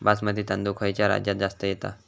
बासमती तांदूळ खयच्या राज्यात जास्त येता?